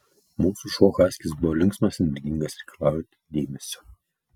mūsų šuo haskis buvo linksmas energingas reikalaujantis dėmesio